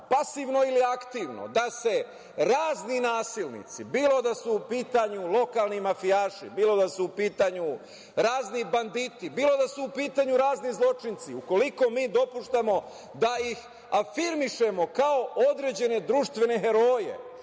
pasivno ili aktivno, da se razni nasilnici, bilo da su u pitanju lokalni mafijaši, bilo da su u pitanju razni banditi, bilo da su u pitanju razni zločinci, ukoliko mi dopuštamo da ih afirmišemo kao određene društvene heroje,